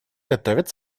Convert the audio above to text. готовят